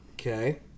Okay